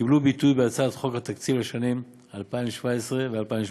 קיבלו ביטוי בהצעת חוק התקציב לשנים 2017 ו-2018.